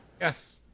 Yes